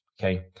okay